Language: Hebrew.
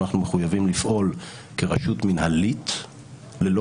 אנחנו מחויבים לפעול כרשות מינהלית ללא